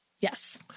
Yes